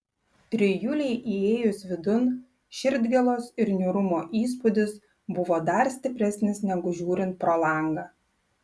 trijulei įėjus vidun širdgėlos ir niūrumo įspūdis buvo dar stipresnis negu žiūrint pro langą